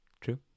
True